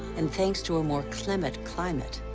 and thanks to a more clement climate,